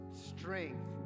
strength